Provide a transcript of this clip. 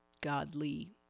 godly